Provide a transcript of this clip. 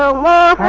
ah la